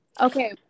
Okay